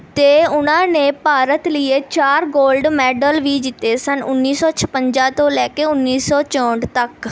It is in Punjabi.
ਅਤੇ ਉਹਨਾਂ ਨੇ ਭਾਰਤ ਲਈ ਚਾਰ ਗੋਲਡ ਮੈਡਲ ਵੀ ਜਿੱਤੇ ਸਨ ਉੱਨੀ ਸੌ ਛਪੰਜਾ ਤੋਂ ਲੈ ਕੇ ਉੱਨੀ ਸੌ ਚੋਂਹਠ ਤੱਕ